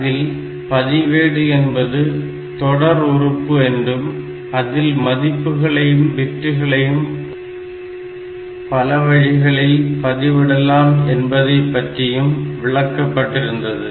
அதில் பதிவேடு என்பது தொடர் உறுப்பு என்றும் அதில் மதிப்புகளையும் பிட்டுகளையும் பல வழிகளில் பதிவிடலாம் என்பதைப்பற்றி விளக்கப்பட்டிருந்தது